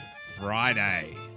Friday